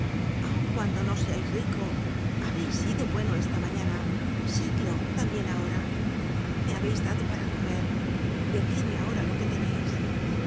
aun cuando no seais rico habeis sido bueno esta mañana sedlo tambien ahora me habeis dado para comer decidme ahora lo que teneis